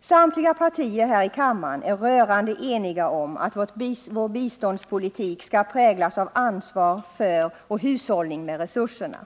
Samtliga partier här i riksdagen är rörande eniga om att vår biståndspolitik skall präglas av ansvar för och hushållning med resurserna.